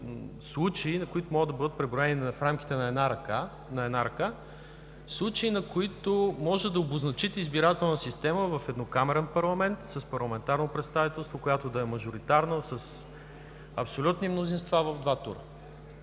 случаи, които могат да бъдат преброени на пръстите на едната ръка, в които може да обозначите избирателна система в еднокамарен парламент с парламентарно представителство, която да е мажоритарна, с абсолютни мнозинства в два тура.